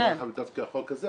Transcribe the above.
זה לא חייב להיות דווקא החוק הזה,